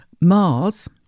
Mars